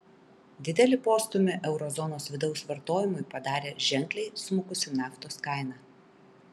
didelį postūmį euro zonos vidaus vartojimui padarė ženkliai smukusi naftos kaina